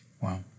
Wow